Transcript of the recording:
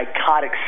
psychotic